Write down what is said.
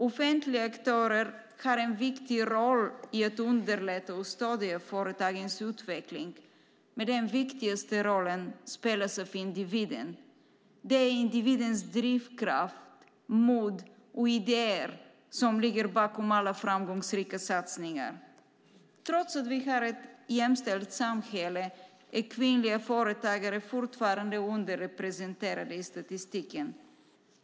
Offentliga aktörer har en viktig roll i att underlätta och stödja företagens utveckling, men den viktigaste rollen spelas av individen. Det är individens drivkraft, mod och idéer som ligger bakom alla framgångsrika satsningar. Trots att vi har ett jämställt samhälle är kvinnliga företagare fortfarande underrepresenterade i statistiken.